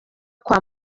kwa